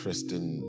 Kristen